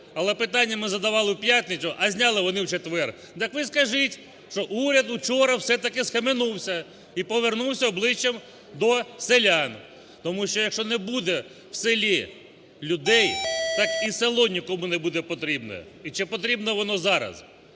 Але питання ми задавали в п'ятницю, а зняли вони в четвер. Так ви скажіть, що уряд вчора все-таки схаменувся і повернувся обличчям до селян. Тому що, якщо не буде в селі людей, так і село нікому не буде потрібне. І чи потрібне воно зараз.